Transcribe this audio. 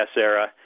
era